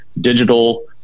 digital